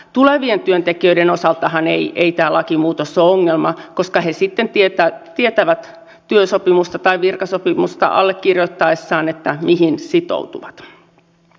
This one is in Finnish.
tulevien työntekijöiden osaltahan ei tämä lakimuutos ole ongelma koska he sitten tietävät työsopimusta tai virkasopimusta allekirjoittaessaan mihin sitoutuvat